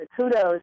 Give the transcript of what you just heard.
kudos